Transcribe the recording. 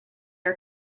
are